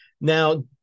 now